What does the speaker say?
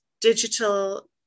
digital